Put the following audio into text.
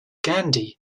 gandhi